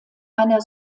einer